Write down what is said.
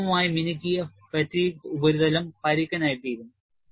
സുഗമമായി മിനുക്കിയ ഫാറ്റീഗ് ഉപരിതലം പരുക്കനായിത്തീരും